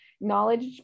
knowledge